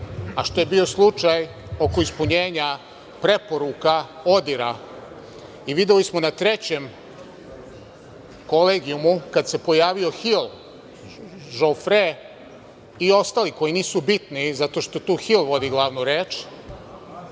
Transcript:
što je bio slučaj oko ispunjenja preporuka ODIHR-a. Videli smo na trećem kolegijumu kada se pojavio Hil Žofre i ostali koji nisu bitni, zato što tu Hil vodi glavnu reč,